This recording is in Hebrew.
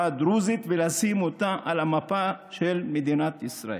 הדרוזית ולשים אותה על המפה של מדינת ישראל.